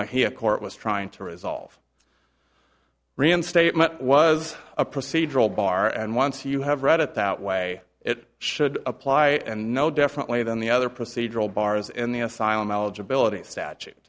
monkey a court was trying to resolve reinstatement was a procedural bar and once you have read it that way it should apply and no differently than the other procedural bars in the asylum eligibility statu